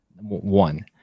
one